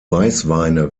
weißweine